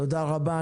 תודה רבה.